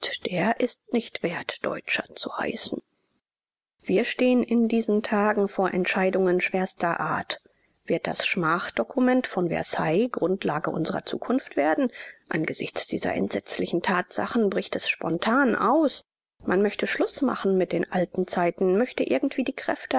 der ist nicht wert deutscher zu heißen wir stehen in diesen tagen vor entscheidungen schwerster art wird das schmachdokument von versailles grundlage unserer zukunft werden angesichts dieser entsetzlichen tatsachen bricht es spontan aus man möchte schluß machen mit den alten zeiten möchte irgendwie die kräfte